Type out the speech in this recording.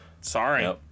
Sorry